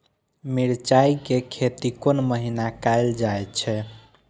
मिरचाय के खेती कोन महीना कायल जाय छै?